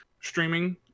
streaming